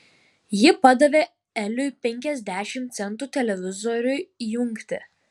ji padavė eliui penkiasdešimt centų televizoriui įjungti